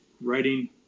writing